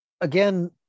Again